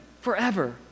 forever